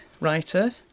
writer